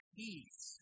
peace